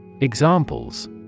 Examples